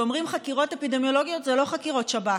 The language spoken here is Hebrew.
כשאומרים חקירות אפידמיולוגיות זה לא חקירות שב"כ,